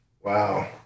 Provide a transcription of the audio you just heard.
Wow